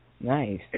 Nice